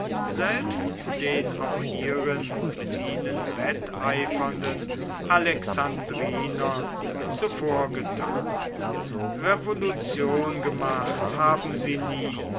selbst den auch hierin mit ihnen wetteifernden alexandrinern zuvorgetan revolution gemacht haben sie nie